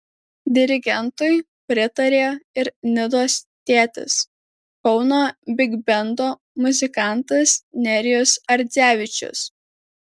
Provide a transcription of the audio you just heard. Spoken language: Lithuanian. dirigentui pritarė ir nidos tėtis kauno bigbendo muzikantas nerijus ardzevičius